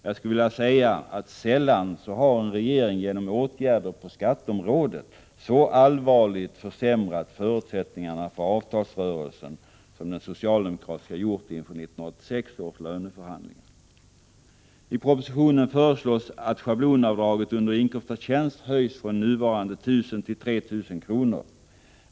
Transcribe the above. Jag skulle vilja säga att sällan har en regering genom åtgärder på skatteområdet så allvarligt försämrat förutsättningarna för avtalsrörelsen som den socialdemokratiska regeringen gjort inför 1986 års löneförhandlingar. I propositionen föreslås att schablonavdraget under inkomst av tjänst höjs från nuvarande 1 000 till 3 000 kr.